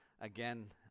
again